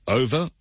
over